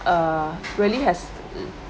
err really has